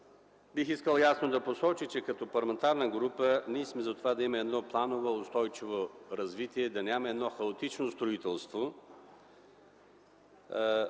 Бих искал ясно да посоча, че като парламентарна група ние сме да има планово устойчиво развитие, а не хаотично строителство,